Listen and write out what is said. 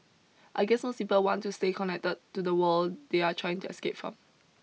I guess most people want to stay connected to the world they are trying to escape from